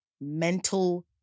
mental